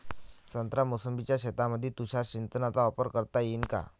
संत्रा मोसंबीच्या शेतामंदी तुषार सिंचनचा वापर करता येईन का?